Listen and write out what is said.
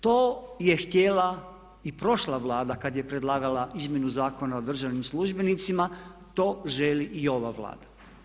To je htjela i prošla Vlada kad je predlagala izmjenu Zakona o državnim službenicima, to želi i ova Vlada.